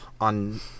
on